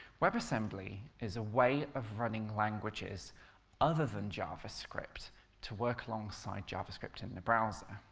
webassembly is a way of running languages other than javascript to work alongside javascript and in the browser.